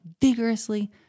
vigorously